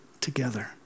together